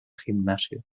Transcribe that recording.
gimnasio